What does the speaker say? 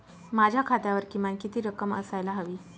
माझ्या खात्यावर किमान किती रक्कम असायला हवी?